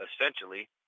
essentially